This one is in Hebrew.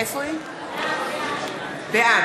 בעד